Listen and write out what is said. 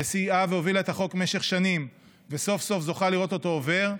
שסייעה והובילה את החוק במשך שנים וסוף-סוף זוכה לראות אותו עובר.